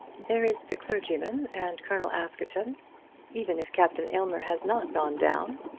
there is the clergyman, and colonel askerton even if captain aylmer has not gone down.